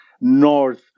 north